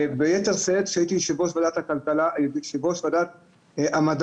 ביתר שאת כאשר הייתי יושב-ראש ועדת המדע.